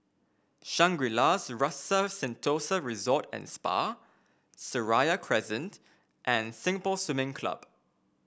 Shangri La's Rasa Sentosa Resort and Spa Seraya Crescent and Singapore Swimming Club